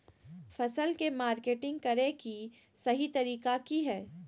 फसल के मार्केटिंग करें कि सही तरीका की हय?